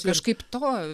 kažkaip to